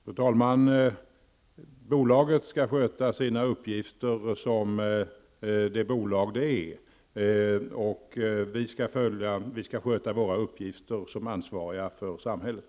Fru talman! Bolaget skall sköta sina uppgifter i egenskap av det bolag som det är, och vi skall sköta våra uppgifter som ansvariga för samhället.